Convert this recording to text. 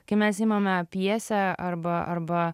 kai mes imame pjesę arba arba